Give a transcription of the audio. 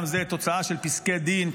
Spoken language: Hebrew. גם זה תוצאה של פסקי דין,